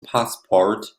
passport